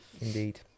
indeed